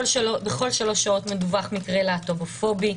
בכל שלוש שעות מדווח מקרה להט"בופובי,